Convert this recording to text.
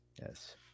Yes